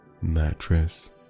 mattress